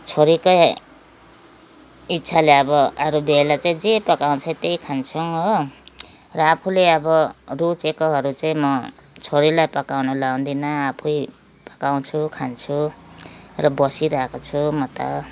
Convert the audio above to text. छोरीकै इच्छाले अब अरू बेला चाहिँ जे पकाउँछे त्यही खान्छौँ हो र आफूले अब रुचेकोहरू चाहिँ म छोरीलाई पकाउनु लगाउँदिनँ आफै पकाउँछु खान्छु र बसिरहेको छु म त